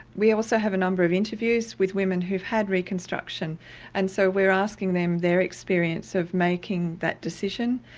we also have a number of interviews with women who have had reconstruction and so we're asking them their experience of making that decision.